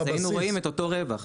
אז היינו רואים את אותו רווח,